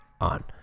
on